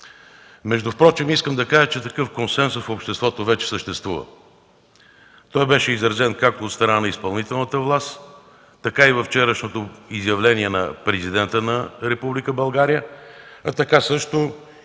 консенсус. Искам да кажа, че такъв консенсус в обществото вече съществува. Той беше изразен както от страна на изпълнителната власт, така и във вчерашното изявление на Президента на